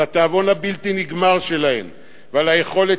על התיאבון הבלתי-נגמר שלהן ועל היכולת